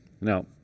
Now